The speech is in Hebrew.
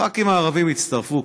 חברי הכנסת הערבים הצטרפו,